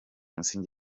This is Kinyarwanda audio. musingi